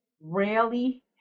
rarely